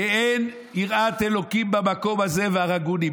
"כי אין יראת אלוקים במקום הזה והרגוני".